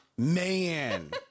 Man